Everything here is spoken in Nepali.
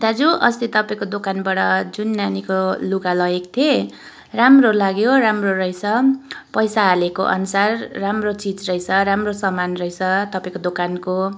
दाजु अस्ति तपाईँको दोकानबाट जुन नानीको लुगा लगेको थिएँ राम्रो लाग्यो राम्रो रहेछ पैसा हालेको अनुसार राम्रो चिज रहेछ राम्रो सामान रहेछ तपाईँको दोकानको